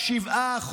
7%,